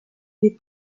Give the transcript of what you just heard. des